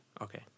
Okay